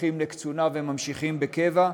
הולכים לקצונה וממשיכים בקבע,